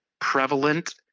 prevalent